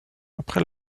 après